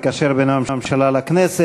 סגן השר המקשר בין הממשלה לכנסת.